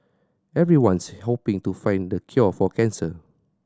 everyone's hoping to find the cure for cancer